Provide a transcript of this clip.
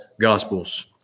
gospels